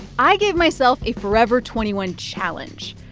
i gave myself a forever twenty one challenge.